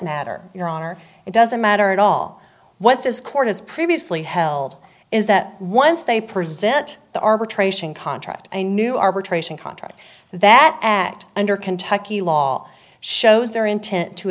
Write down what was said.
matter your honor it doesn't matter at all what this court has previously held is that once they present the arbitration contract a new arbitration contract that act under kentucky law shows their intent to